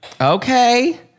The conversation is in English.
Okay